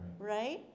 right